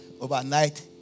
Overnight